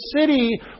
city